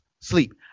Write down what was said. sleep